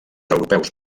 europeus